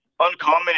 uncommon